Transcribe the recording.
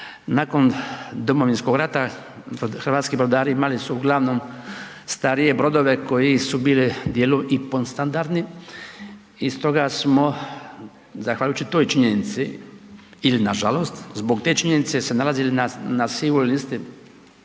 nakon Domovinskog rata hrvatski brodari imali su uglavnom starije brodove koji su bili dijelu i podstandardni i stoga smo zahvaljujući toj činjenici ili nažalost zbog te činjenice se nalazili na sivoj listi